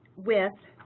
with